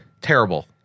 Terrible